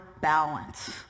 balance